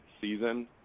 season